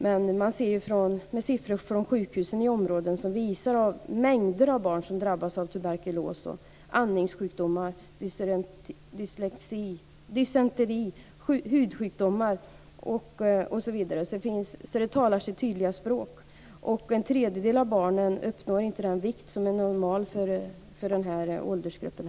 Men siffror från sjukhusen i områdena visar att mängder av barn drabbas av tuberkulos, andningssjukdomar, dysenteri, hudsjukdomar, osv. Detta talar sitt tydliga språk. En tredjedel av barnen uppnår inte den vikt som är normal för åldersgruppen.